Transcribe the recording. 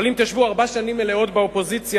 אבל אם תשבו ארבע שנים מלאות באופוזיציה,